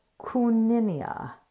Kuninia